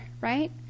right